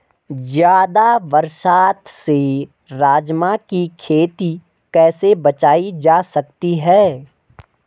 ज़्यादा बरसात से राजमा की खेती कैसी बचायी जा सकती है?